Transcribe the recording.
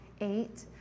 Eight